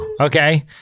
okay